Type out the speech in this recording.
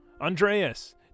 Andreas